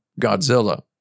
Godzilla